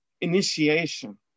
initiation